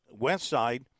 Westside